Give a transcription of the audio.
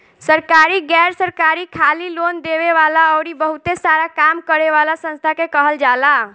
सरकारी, गैर सरकारी, खाली लोन देवे वाला अउरी बहुते सारा काम करे वाला संस्था के कहल जाला